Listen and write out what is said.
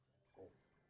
Six